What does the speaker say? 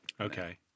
Okay